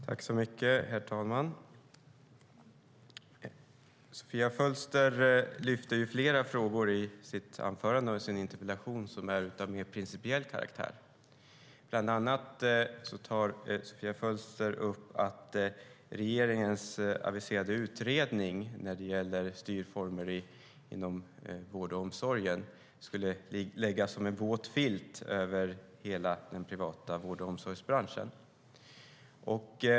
Herr talman! Sofia Fölster lyfter fram flera frågor i sitt anförande och i sin interpellation som är av mer principiell karaktär. Bland annat tar Sofia Fölster upp att regeringens aviserade utredning när det gäller styrformer inom vården och omsorgen skulle lägga en våt filt över hela den privata vård och omsorgsbranschen.